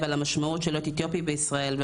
על המשמעות של להיות אתיופי במדינת ישראל.